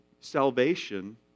salvation